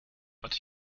but